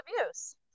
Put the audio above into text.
abuse